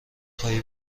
خوای